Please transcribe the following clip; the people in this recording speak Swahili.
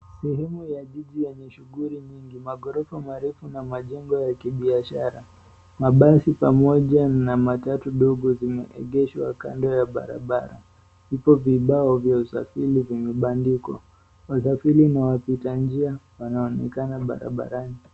Sehemu ya jiji yenye shughuli nyingi, maghorofa marefu na majengo ya kibiashara, mabasi pamoja na matatu ndogo zimeegeshwa kando ya barabara. Vipo vibao vya usafiri vimebandikwa. Wasafiri na wapitanjia wanaonekana barabarani.